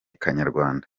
kanyarwanda